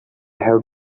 have